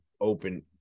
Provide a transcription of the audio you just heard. open